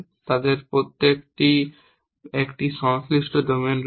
তাদের প্রত্যেকের একটি সংশ্লিষ্ট ডোমেন রয়েছে